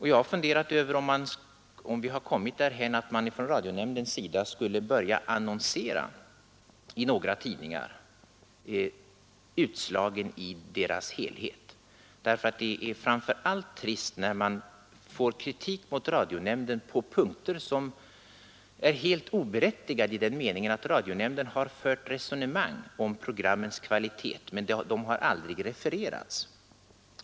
Jag har funderat över om det kan bli nödvändigt att radionämnden i några tidningar börjar annonsera utslagen i deras helhet. Det är trist när kritik riktas mot radionämnden på punkter där radionämnden har fört resonemang om programmens kvalitet som aldrig refererats.